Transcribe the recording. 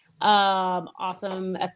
awesome